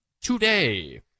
today